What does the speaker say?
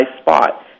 spot